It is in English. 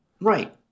Right